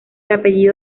apellido